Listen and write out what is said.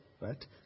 right